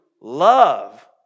love